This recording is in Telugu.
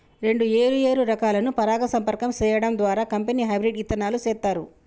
రెండు ఏరు ఏరు రకాలను పరాగ సంపర్కం సేయడం ద్వారా కంపెనీ హెబ్రిడ్ ఇత్తనాలు సేత్తారు